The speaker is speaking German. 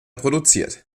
produziert